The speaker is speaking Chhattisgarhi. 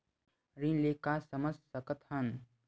ऋण ले का समझ सकत हन?